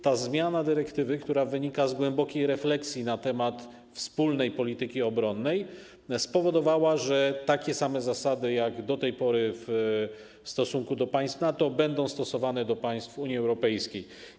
Ta zmiana dyrektywy, która wynika z głębokiej refleksji na temat wspólnej polityki obronnej, spowodowała, że takie same zasady jak do tej pory w stosunku do państw NATO będą stosowane do państw Unii Europejskiej.